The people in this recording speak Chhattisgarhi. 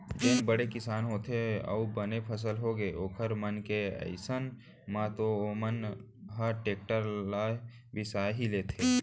जेन बड़े किसान होथे अउ बने फसल होगे ओखर मन के अइसन म तो ओमन ह टेक्टर ल बिसा ही लेथे